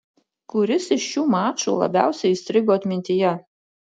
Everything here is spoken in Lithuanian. kuris iš šių mačų labiausiai įstrigo atmintyje